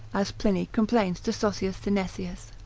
as pliny complains to sossius sinesius.